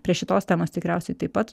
prie šitos temos tikriausiai taip pat